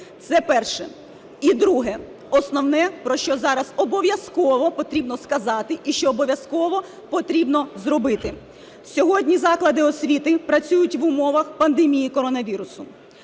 Це перше. І друге, основне, про що зараз обов'язково потрібно сказати і що обов'язково потрібно зробити. Сьогодні заклади освіти працюють в умовах пандемії коронавірусу.